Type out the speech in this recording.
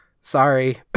sorry